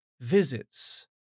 visits